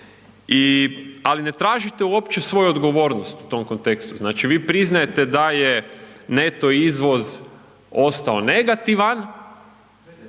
ali ne tražite uopće svoju odgovornost u tom kontekstu, znači vi priznajete da je neto izvoz ostao negativan,